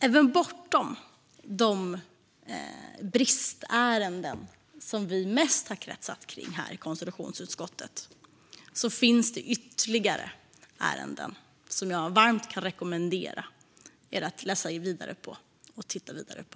Även bortom de bristärenden som vi mest har kretsat kring här i konstitutionsutskottet finns det ytterligare ärenden som jag varmt kan rekommendera er att läsa om och titta vidare på.